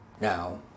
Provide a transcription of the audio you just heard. Now